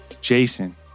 Jason